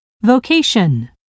Vocation